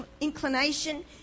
inclination